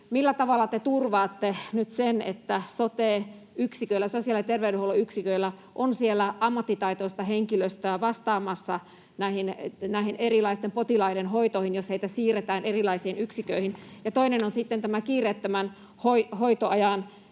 millä tavalla te turvaatte nyt sen, että sote-yksiköillä, sosiaali‑ ja terveydenhuollon yksiköillä, on ammattitaitoista henkilöstöä vastaamassa erilaisten potilaiden hoidosta, jos heitä siirretään erilaisiin yksiköihin? Ja toinen on sitten tämä